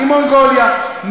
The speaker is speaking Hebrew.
ממונגוליה,